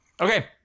Okay